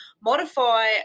modify